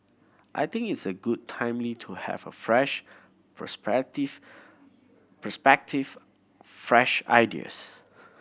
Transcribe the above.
I think it's good and timely to have a fresh perspective perspective fresh ideas